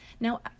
Now